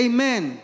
Amen